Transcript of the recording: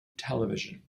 television